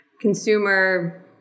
consumer